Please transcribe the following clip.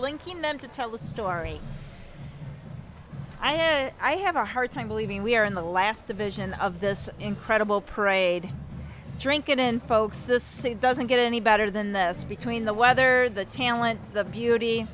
interlinking them to tell a story i have i have a hard time believing we are in the last division of this incredible parade drinkin folks the scene doesn't get any better than this between the weather the talent the beauty